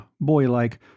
boylike